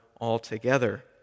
altogether